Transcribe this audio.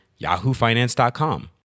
yahoofinance.com